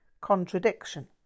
contradiction